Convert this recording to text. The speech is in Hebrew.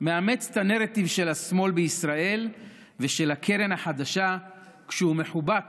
מאמץ את הנרטיב של השמאל בישראל ושל הקרן החדשה כשהוא מחובק